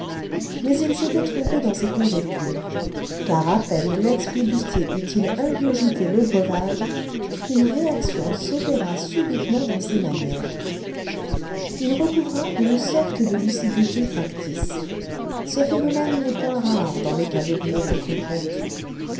mais il s'était trompé dans ses conjectures car à peine lex flibustier eut-il ingurgité le breuvage qu'une réaction s'opéra subitement dans ses manières il recouvra une sorte de lucidité factice ce phénomène n'est point rare dans les cas d'ébriété complète